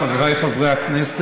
חס ושלום.